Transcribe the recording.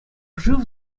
шыв